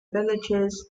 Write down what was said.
villages